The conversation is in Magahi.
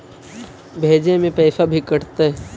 भेजे में पैसा भी कटतै?